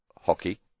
hockey